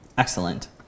Excellent